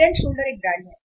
head and shoulder एक ब्रांड है